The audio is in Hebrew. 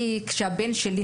כשהבן שלי,